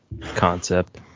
concept